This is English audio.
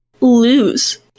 lose